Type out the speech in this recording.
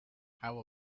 how